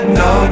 no